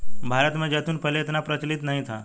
भारत में जैतून पहले इतना प्रचलित नहीं था